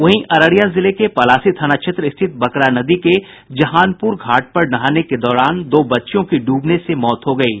वहीं अररिया जिले के पलासी थाना क्षेत्र स्थित बकरा नदी के जहानपुर घाट पर नहाने के दौरान दो बच्चियों की डूबने से मौत हो गयी